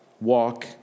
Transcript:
walk